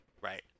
Right